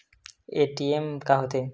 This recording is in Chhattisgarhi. ए.टी.एम का होथे?